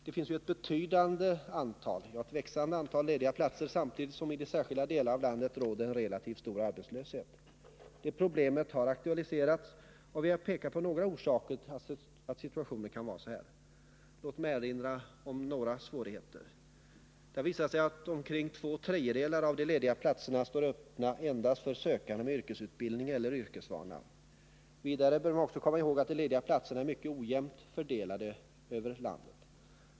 Det finns ett betydande antal, ja ett växande antal, lediga platser, samtidigt som det i särskilda delar av landet råder en relativt stor arbetslöshet. Det problemet har aktualiserats, och vi har pekat på några orsaker till att situationen kan vara så här. Låt mig erinra om några av svårigheterna. Det har visat sig att omkring två tredjedelar av de lediga platserna står öppna endast för sökande med yrkesutbildning eller yrkesvana. Vidare bör vi komma ihåg att de lediga platserna är mycket ojämnt fördelade över landet.